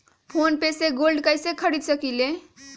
Phone पे से gold कईसे खरीद सकीले?